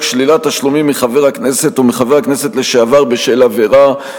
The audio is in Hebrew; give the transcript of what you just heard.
שלילת תשלומים מחבר הכנסת ומחבר הכנסת לשעבר בשל עבירה,